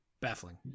Baffling